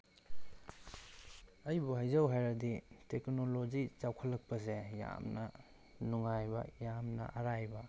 ꯑꯩꯕꯨ ꯍꯥꯏꯖꯧ ꯍꯥꯏꯔꯗꯤ ꯇꯦꯛꯅꯣꯂꯣꯖꯤ ꯆꯥꯎꯈꯠꯂꯛꯄꯁꯦ ꯌꯥꯝꯅ ꯅꯨꯡꯉꯥꯏꯕ ꯌꯥꯝꯅ ꯑꯔꯥꯏꯕ